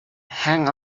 hang